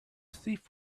thief